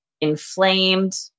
inflamed